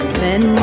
men